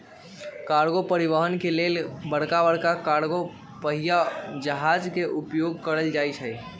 cargo परिवहन के लेल बड़का बड़का कार्गो पनिया जहाज के उपयोग कएल जाइ छइ